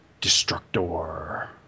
Destructor